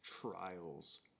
trials